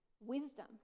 wisdom